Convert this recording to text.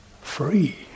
free